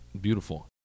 Beautiful